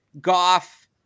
Goff